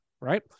right